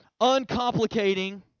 uncomplicating